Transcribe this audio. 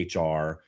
HR